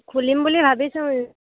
খুলিম বুলি ভাবিছোঁ